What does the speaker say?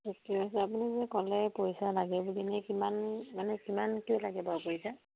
থিকে আছে আপুনি যে ক'লে পইচা লাগে বুলি এনেই কিমান মানে কিমানকৈ লাগে বাৰু পইচা